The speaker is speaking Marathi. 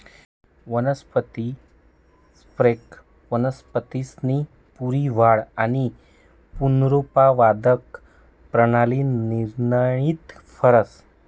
वनस्पती संप्रेरक वनस्पतीसनी पूरी वाढ आणि पुनरुत्पादक परणाली नियंत्रित करस